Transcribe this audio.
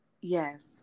Yes